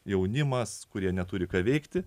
jaunimas kurie neturi ką veikti